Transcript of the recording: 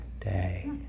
day